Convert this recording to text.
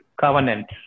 covenant